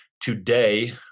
today